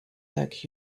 like